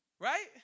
right